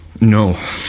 No